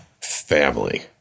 family